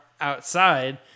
outside